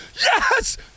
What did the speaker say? yes